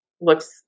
looks